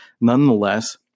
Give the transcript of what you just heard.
Nonetheless